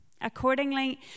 Accordingly